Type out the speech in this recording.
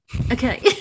Okay